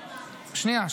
שנייה,